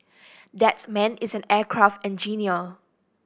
that man is an aircraft engineer